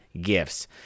gifts